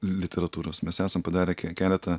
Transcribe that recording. literatūros mes esam padarę ke keletą